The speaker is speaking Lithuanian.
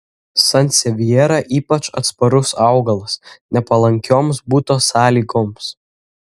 sansevjera ypač atsparus augalas nepalankioms buto sąlygoms